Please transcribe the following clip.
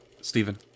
Stephen